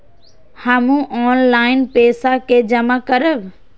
हमू ऑनलाईनपेसा के जमा करब?